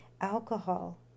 alcohol